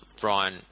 Brian